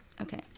Okay